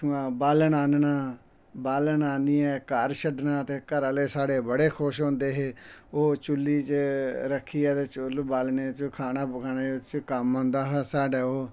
उत्थुआं बाल्लन आह्नना बाल्लन आह्नियैं घर छड्डना घरा ओह्ले साढ़े बड़े खुश होंदे हे ओ चुल्ली च रक्खियै ते चुल्ल बालने च खाना पकाने च कम्म आंदा हा ओह्